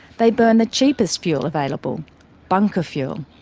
they burn the cheapest fuel available bunker fuel.